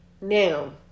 Now